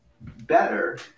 better